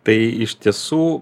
tai iš tiesų